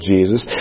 Jesus